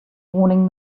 warning